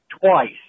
twice